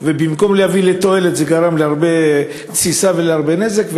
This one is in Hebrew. במקום להביא תועלת זה גרם להרבה תסיסה ולהרבה נזק.